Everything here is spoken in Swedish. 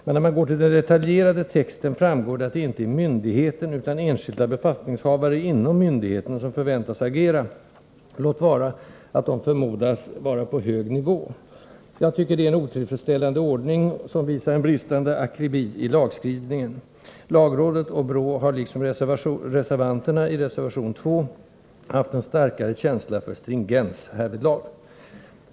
Men av den detaljerade texten framgår att det inte är myndigheten utan enskilda befattningshavare inom myndigheten som förväntas agera, låt vara att de förmodas vara på ”hög nivå”. Jag tycker att det är en otillfredsställande ordning. Det visar på en bristande akribi i lagskrivningen. Lagrådet och BRÅ, liksom reservanterna i reservation 2, har haft en starkare känsla av stringens härvidlag.